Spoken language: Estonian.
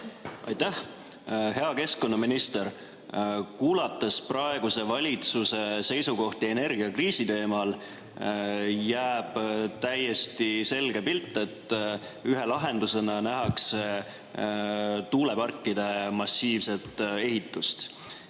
Aitäh! Hea keskkonnaminister! Kuulates praeguse valitsuse seisukohti energiakriisi teemal, jääb täiesti selge pilt, et ühe lahendusena nähakse tuuleparkide massiivset ehitust.